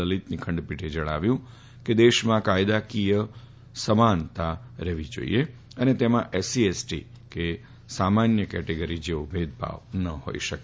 લલીતની ખંડપીઠે જણાવ્યું કે દેશમાં કાયદાકીય સમાનતા રહેવી જાઈએ અને તેમાં એસસી એસટી કે સામાન્ય કેટેગરી જેવો ભેદભાવ ન ફોઈ શકે